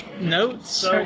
notes